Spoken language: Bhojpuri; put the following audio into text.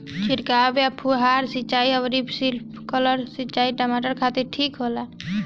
छिड़काव या फुहारा सिंचाई आउर स्प्रिंकलर सिंचाई टमाटर खातिर ठीक होला?